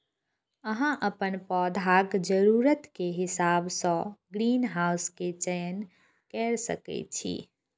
अहां अपन पौधाक जरूरत के हिसाब सं ग्रीनहाउस के चयन कैर सकै छी